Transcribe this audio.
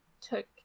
took